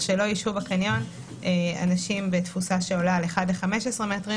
שלא ישהו בקניון אנשים בתפוסה שעולה על אדם אחד ל-15 מטרים.